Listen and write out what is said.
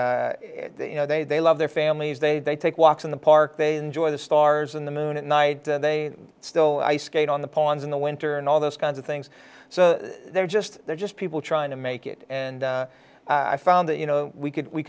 and you know they they love their families they they take walks in the park they enjoy the stars and the moon at night and they still ice skate on the pond in the winter and all those kinds of things so they're just they're just people trying to make it and i found that you know we could we